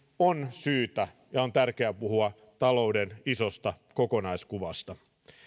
on syytä ja tärkeää puhua talouden isosta kokonaiskuvasta